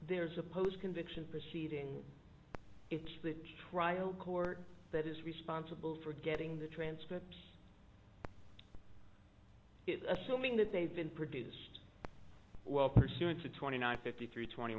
there's a post conviction proceeding it's the trial court that is responsible for getting the transcripts assuming that they've been produced well pursuant to twenty nine fifty three twenty